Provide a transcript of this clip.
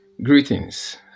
greetings